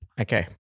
Okay